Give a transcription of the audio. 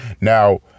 now